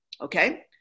Okay